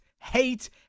hate